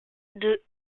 deux